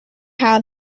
how